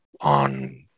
on